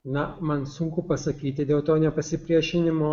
na man sunku pasakyti dėl to nepasipriešinimo